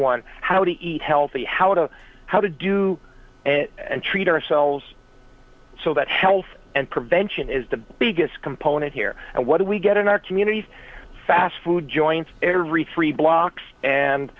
one how to eat healthy how to how to do it and treat ourselves so that health and prevention is the biggest component here and what do we get in our communities fast food joints every three blocks and